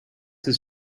his